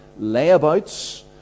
layabouts